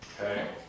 Okay